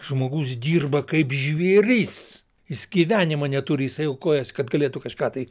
žmogus dirba kaip žvėris jis gyvenimo neturi jisai aukojasi kad galėtų kažką tai